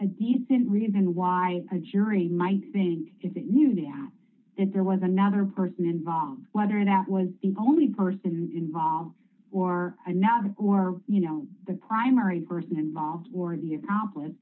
and decent reason why a jury might think if it knew that that there was another person involved whether that was the only person involved or another or you know the primary person involved or the accomplice